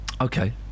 Okay